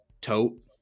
tote